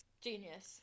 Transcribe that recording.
Genius